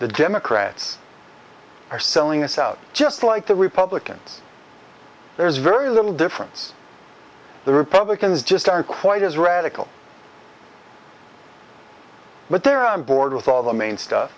the democrats are selling us out just like the republicans there's very little difference the republicans just aren't quite as radical but they're on board with all the main stuff